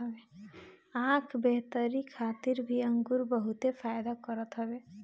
आँख बेहतरी खातिर भी अंगूर बहुते फायदा करत हवे